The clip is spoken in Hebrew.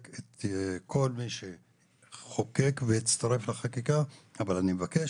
את כל מי שחוקק והצטרף לחקיקה אבל אני מבקש